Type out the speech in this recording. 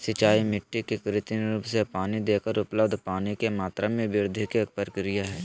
सिंचाई मिट्टी के कृत्रिम रूप से पानी देकर उपलब्ध पानी के मात्रा में वृद्धि के प्रक्रिया हई